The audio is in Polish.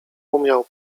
umiał